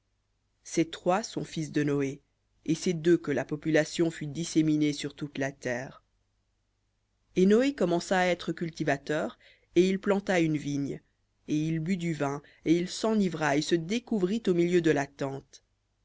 ces trois sont fils de noé et c'est d'eux que la population fut disséminée sur toute la terre v et noé commença à être cultivateur et il planta une vigne et il but du vin et il s'enivra et se découvrit au milieu de la tente